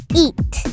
eat